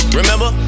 Remember